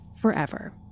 forever